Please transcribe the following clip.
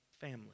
family